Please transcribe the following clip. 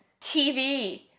TV